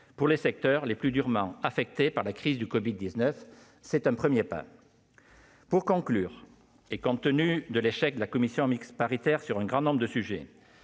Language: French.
pour les secteurs les plus durement affectés par la crise de la covid-19. C'est un premier pas. Pour conclure, compte tenu non seulement de l'échec de la commission mixte paritaire sur un grand nombre de sujets,